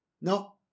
No